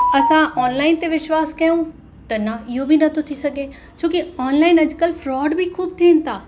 असां ऑनलाइन ते विश्वास कयूं त न इहो बि नथो थी सघे छोकी ऑनलाइन अॼुकल्ह फ्रॉड बि ख़ूबु थियनि था